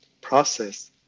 process